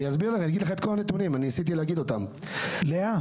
מיעוט בגלל שיטה של פיצולים ושאין חשש מפיצולים.